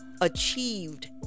achieved